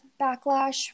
backlash